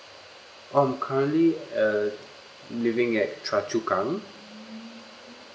oh currently uh living at choa chu kang